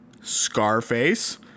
Scarface